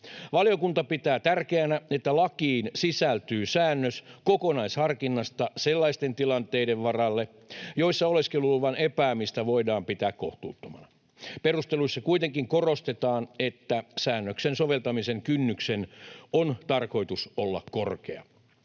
Valiokunta pitää tärkeänä, että lakiin sisältyy säännös kokonaisharkinnasta sellaisten tilanteiden varalle, joissa oleskeluluvan epäämistä voidaan pitää kohtuuttomana. Perusteluissa kuitenkin korostetaan, että säännöksen soveltamisen kynnyksen on tarkoitus olla korkea.